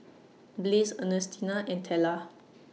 Blaze Ernestina and Tella